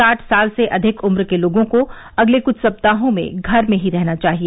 साठ साल से अधिक उम्र के लोगों को अगले कुछ सप्ताहों में घर में ही रहना चाहिए